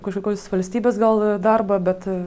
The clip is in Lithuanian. kažkokios valstybės gal darbą bet